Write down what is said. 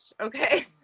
okay